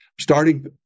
Starting